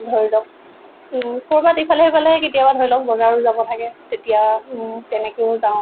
ধৰি লওক ক'ৰবাত ইফালে সিফালে কেতিয়াবা ধৰি লওক বজাৰো যাব থাকে তেতিয়া তেনেকৈও যাওঁ